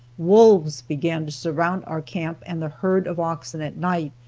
wolves began to surround our camp and the herd of oxen at night,